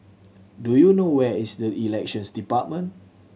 do you know where is Elections Department